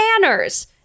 manners